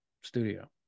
studio